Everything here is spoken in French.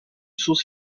source